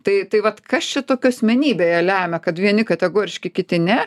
tai tai vat kas čia tokio asmenybėje lemia kad vieni kategoriški kiti ne